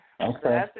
Okay